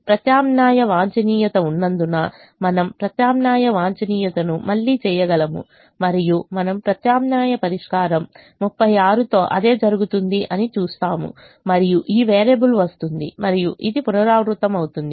ప్రత్యామ్నాయ వాంఛనీయత ఉన్నందున మనం ప్రత్యామ్నాయ వాంఛనీయతను మళ్ళీ చేయగలము మరియు మనం ప్రత్యామ్నాయ పరిష్కారం 36 తో అదే జరుగుతుంది అని చూస్తాము మరియు ఈ వేరియబుల్ వస్తుంది మరియు ఇది పునరావృతమవుతుంది